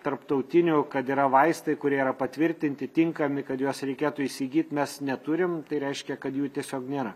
tarptautinių kad yra vaistai kurie yra patvirtinti tinkami kad juos reikėtų įsigyt mes neturim tai reiškia kad jų tiesiog nėra